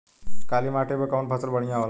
काली माटी पर कउन फसल बढ़िया होला?